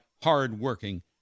hard-working